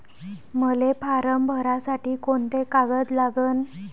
मले फारम भरासाठी कोंते कागद लागन?